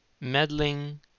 Meddling